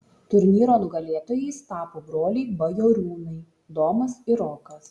turnyro nugalėtojais tapo broliai bajoriūnai domas ir rokas